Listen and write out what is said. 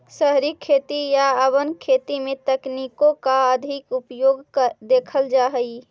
शहरी खेती या अर्बन खेती में तकनीकों का अधिक उपयोग देखल जा हई